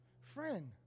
friend